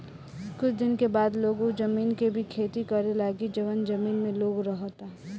कुछ दिन के बाद लोग उ जमीन के भी खेती करे लागी जवन जमीन में लोग रहता